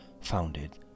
founded